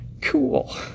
cool